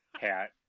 hat